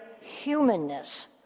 humanness